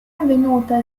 avvenuta